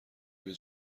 بیا